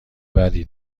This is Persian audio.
بدی